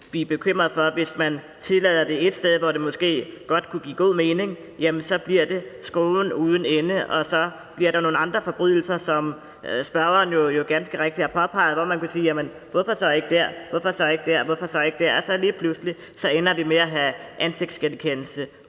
vi er bekymrede for, at hvis man tillader det ét sted, hvor det måske godt kunne give god mening, jamen så bliver det skruen uden ende, og så bliver der nogle andre forbrydelser, som spørgeren jo ganske rigtigt har påpeget, hvor man kunne sige: Jamen hvorfor så ikke der? Og hvorfor så ikke der? Hvorfor så ikke der? Og så lige pludselig ender vi med at have ansigtsgenkendelse